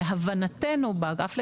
להבנתנו באגף לגריאטריה,